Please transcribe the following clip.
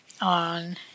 on